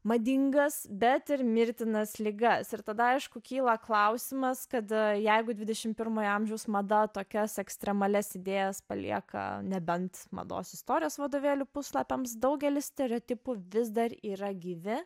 madingas bet ir mirtinas ligas ir tada aišku kyla klausimas kad jeigu dvidešim pirmojo amžiaus mada tokias ekstremalias idėjas palieka nebent mados istorijos vadovėlių puslapiams daugelis stereotipų vis dar yra gyvi